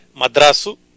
Madrasu